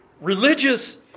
religious